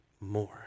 more